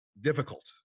difficult